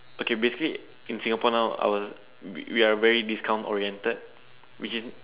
okay basically in Singapore now our we we are very discount oriented which means